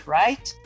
right